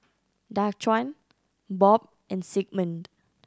Daquan Bob and Sigmund